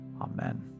Amen